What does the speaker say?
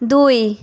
দুই